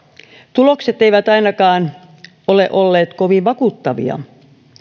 tulokset eivät ainakaan ole olleet kovin vakuuttavia